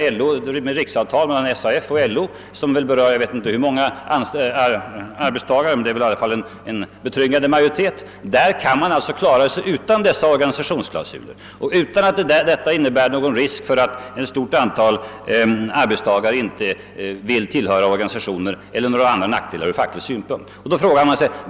På det stora avtalsområdet, där LO och SAF har träffat riksavtal, kan man klara sig utan organisationsklausuler. Detta har inte inneburit att ett stort antal arbetstagare är oorganiserade, och de medför inte heller andra nackdelar ur facklig synpunkt.